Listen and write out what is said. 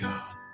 God